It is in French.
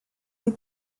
les